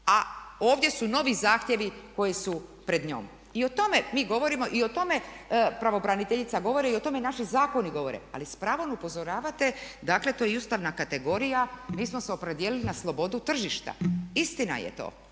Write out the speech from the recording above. A ovdje su novi zahtjevi koji su pred njom. I o tome mi govorimo i o tome pravobraniteljica govori i o tome naši zakoni govore. Ali s pravom upozoravate dakle to je i ustavna kategorija, i mi smo se opredijelili na slobodu tržišta. Istina je to,